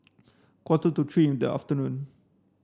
quarter to three in the afternoon